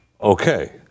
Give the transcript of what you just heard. okay